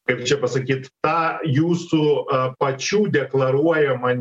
kaip čia pasakyt tą jūsų pačių deklaruojamą